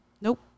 Nope